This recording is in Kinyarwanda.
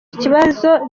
ikibazo